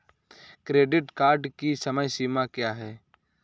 Credit card की समय सीमा क्या है?